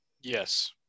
Yes